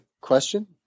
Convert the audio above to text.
question